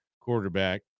quarterback